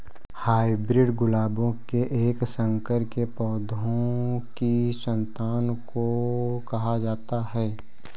hybrid गुलाबों के एक संकर के पौधों की संतान को कहा जाता है